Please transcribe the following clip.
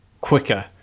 quicker